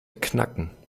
knacken